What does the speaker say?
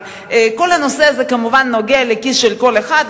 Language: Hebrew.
כל הנושא הזה כמובן נוגע לכיס של כל אחד,